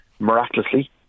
Miraculously